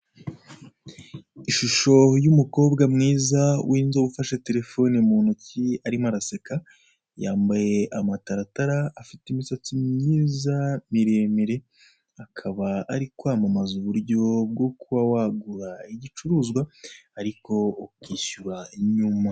Ishusho y'umukobwa mwiza w'inzobe ufashe telefone mu ntoki arimo araseka, yambaye amataratara afite imisatsi myiza miremire, akaba ari kwamamaza uburyo bwo kuba kugura igicuruzwa ariko ukishyura nyuma.